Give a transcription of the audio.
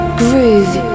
groove